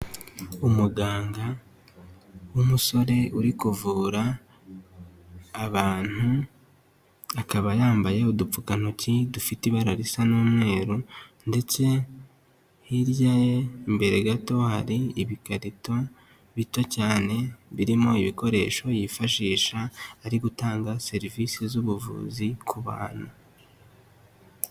Umuganga w'umusore uri kuvura abantu, akaba yambaye udupfukantoki dufite ibara risa n'umweru ndetse hirya ye imbere gato hari ibikarito bito cyane, birimo ibikoresho yifashisha ari gutanga serivisi z'ubuvuzi ku bantu.